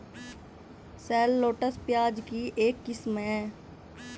shallots, प्याज की एक किस्म है